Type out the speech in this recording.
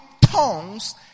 tongues